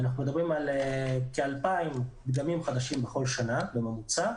אנחנו מדברים על כ-2,000 דגמים חדשים לשנה בממוצע